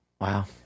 Wow